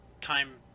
time